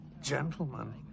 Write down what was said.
Gentlemen